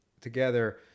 together